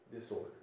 disorder